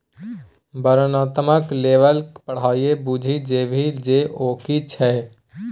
वर्णनात्मक लेबल पढ़िकए बुझि जेबही जे ओ कि छियै?